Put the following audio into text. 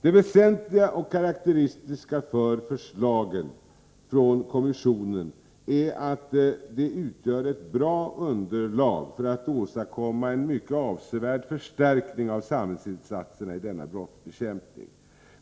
Det väsentliga och karakteristiska för förslagen från kommissionen är att de utgör ett bra underlag för att åstadkomma en mycket avsevärd förstärkning av samhällsinsatserna i denna brottsbekämpning.